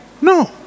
No